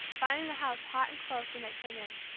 finding the house hot and close when they came in.